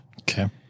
Okay